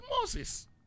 Moses